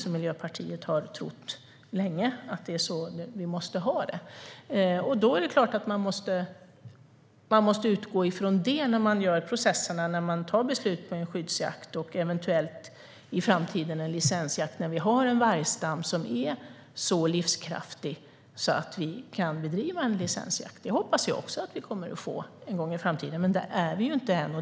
Miljöpartiet har länge trott att det är så vi måste ha det, och då är det klart att man måste utgå från det när man gör processerna och tar beslut om skyddsjakt och, eventuellt i framtiden, en licensjakt när vi har en vargstam som är så livskraftig så att vi kan bedriva en licensjakt. Detta hoppas även jag på någon gång i framtiden, men där är vi inte ännu.